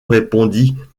répondit